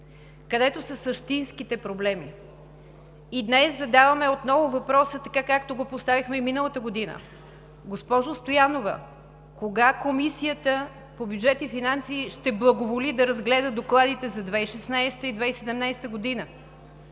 където са същинските проблеми. И днес задаваме отново въпроса така, както го поставихме и миналата година: госпожо Стоянова, кога Комисията по бюджет и финанси ще благоволи да разгледа докладите за 2016 г. и 2017 г.?